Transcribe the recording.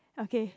okay